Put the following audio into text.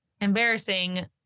embarrassing